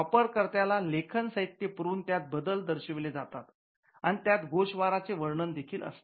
वापरकर्त्याला लेखन साहित्य पुरवून त्यात बदल दर्शविले जातात आणि त्यात गोषवाराचे वर्णन देखील असते